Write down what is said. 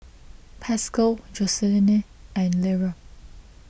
Pascal Jocelyne and Lera